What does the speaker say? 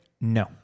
No